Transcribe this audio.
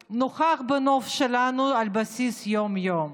משהו שנוכח בנוף שלנו על בסיס יום-יומי.